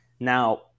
Now